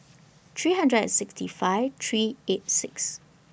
three hundred and sixty five three eight six